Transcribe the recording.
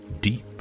deep